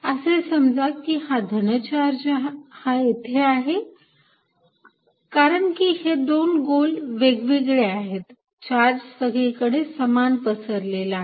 असे समजा की धन चार्ज हा येथे आहे कारण की हे दोन गोल वेगवेगळे आहेत चार्ज सगळीकडे समान पसरलेला आहे